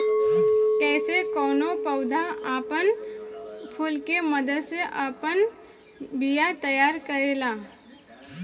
कइसे कौनो पौधा आपन फूल के मदद से आपन बिया तैयार करेला